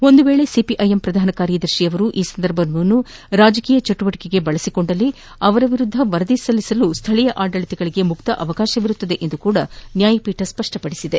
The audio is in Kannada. ಒಂದು ವೇಳೆ ಸಿಪಿಐಎಂನ ಪ್ರಧಾನ ಕಾರ್ಯದರ್ಶಿ ಅವರು ಈ ಸಂದರ್ಭವನ್ನು ರಾಜಕೀಯ ಚಟುವಟಿಕೆಗಳಿಗೆ ಬಳಸಿಕೊಂಡಲ್ಲಿ ಅವರ ವಿರುದ್ದ ವರದಿ ಸಲ್ಲಿಸಲು ಸ್ದಳೀಯ ಆದಳಿತಗಳು ಮುಕ್ತವಾಗಿರುತ್ತವೆ ಎಂದು ನ್ಯಾಯಪೀಠ ಸ್ಪಷ್ಪಪದಿಸಿದೆ